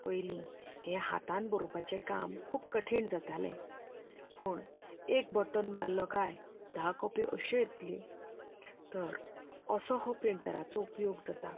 पयलीं हें हातान बरोवपाचें काम खूब कठीण जातालें पूण एक बटण मारलो काय धा कॉपी अश्यो येतल्यो तर असो हो प्रिंटराचो उपयोग जाता